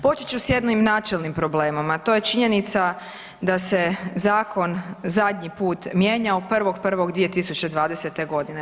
Počet ću sa jednim načelnim problemom, a to je činjenica da se zakon zadnji put mijenjao 1.1.2020. godine.